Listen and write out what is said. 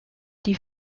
die